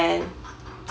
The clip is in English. and